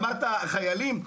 אמרת חיילים.